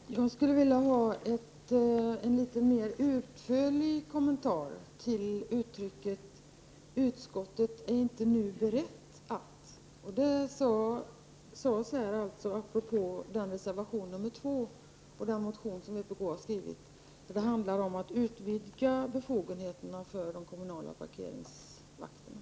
Fru talman! Jag skulle vilja ha en litet mer utförlig kommentar till uttrycket: ”Utskottsmajoriteten är inte nu beredd till ett sådant principiellt ställningstagande.” Det sades här apropå reservation 2, som vpk skrivit och som handlar om att utvidga befogenheterna för de kommunala parkeringsvakterna.